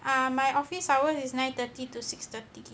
ah my office hours is nine thirty to six thirty